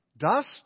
Dust